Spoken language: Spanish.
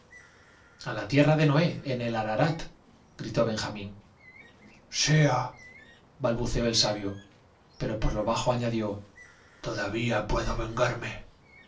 la tierra de noé en el araratgritó benjamín claraboya del techo suspendió la mano de aquellas sedientas criaturas seabalbuceó el sabio pero por lo bajo añadió todavía puedo vengarme